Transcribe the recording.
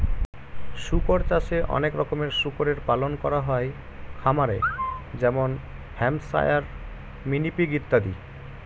শুকর চাষে অনেক রকমের শুকরের পালন করা হয় খামারে যেমন হ্যাম্পশায়ার, মিনি পিগ ইত্যাদি